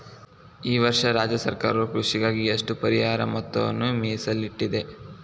ಈ ವರ್ಷ ರಾಜ್ಯ ಸರ್ಕಾರವು ಕೃಷಿಗಾಗಿ ಎಷ್ಟು ಪರಿಹಾರ ಮೊತ್ತವನ್ನು ಮೇಸಲಿಟ್ಟಿದೆ?